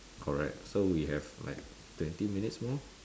correct so we have like twenty minutes more